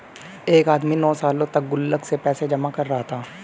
एक आदमी नौं सालों तक गुल्लक में पैसे जमा कर रहा था